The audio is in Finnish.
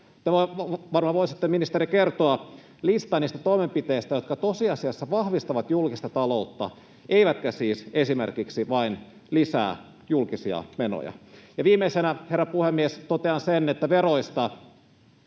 varmaan voisitte, ministeri, kertoa listan niistä toimenpiteistä, jotka tosiasiassa vahvistavat julkista taloutta eivätkä siis esimerkiksi vain lisää julkisia menoja. Viimeisenä, herra puhemies, totean veroista